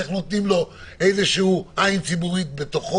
איך נותנים לו איזושהי עין ציבורית בתוכו